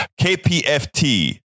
kpft